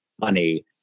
money